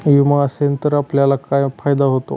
विमा असेल तर आपल्याला काय फायदा होतो?